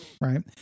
Right